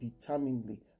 determinedly